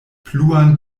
pluan